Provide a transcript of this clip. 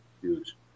Huge